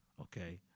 okay